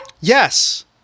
Yes